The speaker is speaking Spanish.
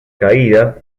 caída